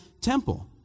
temple